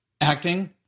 acting